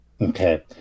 Okay